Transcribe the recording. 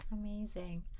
Amazing